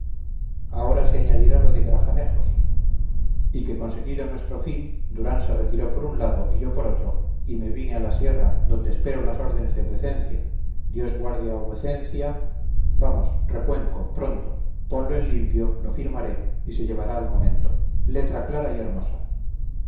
ahora se añadirá lo de grajanejos y que conseguido nuestro fin durán se retiró por un lado y yo por otro y me vine a la sierra donde espero las órdenes de vuecencia dios guarde a vuecencia vamos recuenco pronto ponlo en limpio lo firmaré y se llevará al momento letra clara y hermosa